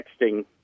texting